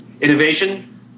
Innovation